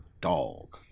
dog